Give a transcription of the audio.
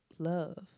Love